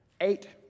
eight